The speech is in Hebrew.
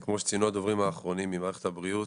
כמו שציינו הדוברים האחרונים ממערכת הבריאות,